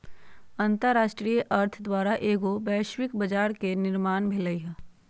अंतरराष्ट्रीय अर्थ द्वारा एगो वैश्विक बजार के निर्माण भेलइ ह